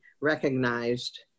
recognized